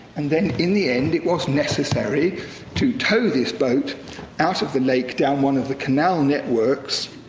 and then, in the end, was necessary to tow this boat out of the lake down one of the canal networks